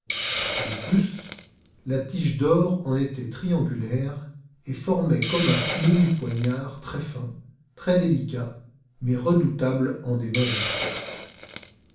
de plus la tige d'or en était triangulaire et formait comme un menu poignard très fin très délicat mais redoutable en des mains expertes